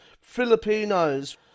Filipinos